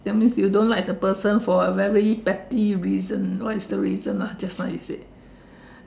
that means you don't like the person for a very petty reason what is the reason lah just now you said